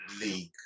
league